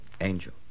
Angel